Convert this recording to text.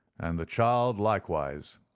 and the child likewise.